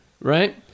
right